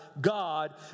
God